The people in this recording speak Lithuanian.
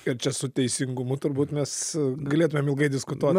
ir čia su teisingumu turbūt mes galėtumėm ilgai diskutuot